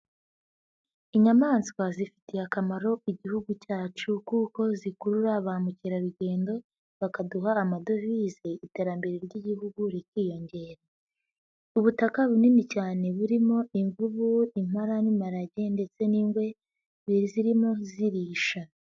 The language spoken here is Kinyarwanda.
Inyamaswa zifitiye akamaro igihugu cyacu kuko zikurura ba mukerarugendo bakaduha amadovize, iterambere ry'igihugu rikiyongera. Ubutaka bunini cyane burimo imvubu, impala n'imparage ndetse n'ingwe, zirimo zirisha.